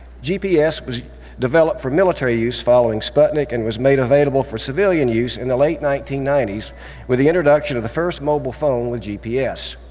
gps was developed for military use following sputnik and was made available for civilian use in the late nineteen ninety s with the introduction of the first mobile phone with gps.